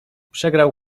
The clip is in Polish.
przegrał